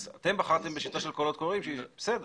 אז אתם בחרתם בשיטה של קולות קוראים שהיא בסדר,